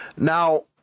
Now